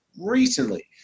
recently